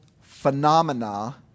phenomena